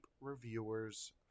reviewer's